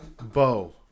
Bo